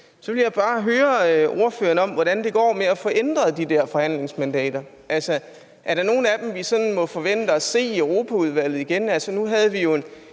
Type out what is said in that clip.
Så vil jeg bare høre ordføreren om, hvordan det går med at få ændret de der forhandlingsmandater. Altså, er der nogen af dem, vi sådan må forvente at se i Europaudvalget igen?